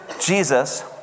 Jesus